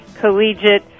collegiate